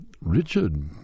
Richard